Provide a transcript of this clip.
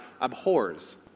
abhors